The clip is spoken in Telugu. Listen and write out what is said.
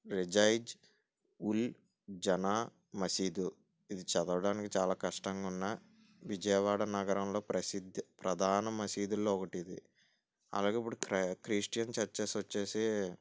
రిజైయిజ్ ఉల్ జనా మసీదు ఇది చదవడానికి చాలా కష్టంగా ఉన్న విజయవాడ నగరంలో ప్రసిద్ది ప్రధాన మసీదులలో ఒకటి ఇది అలాగే ఇప్పుడు క్ర క్రిస్టియన్ చర్చెస్ వచ్చి